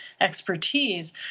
expertise